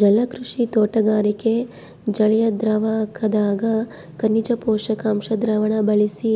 ಜಲಕೃಷಿ ತೋಟಗಾರಿಕೆ ಜಲಿಯದ್ರಾವಕದಗ ಖನಿಜ ಪೋಷಕಾಂಶ ದ್ರಾವಣ ಬಳಸಿ